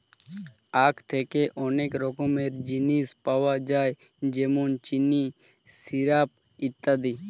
আখ থেকে অনেক রকমের জিনিস পাওয়া যায় যেমন চিনি, সিরাপ ইত্যাদি